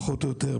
פחות או יותר,